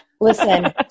listen